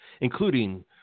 including